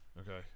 Okay